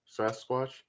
Sasquatch